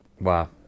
Wow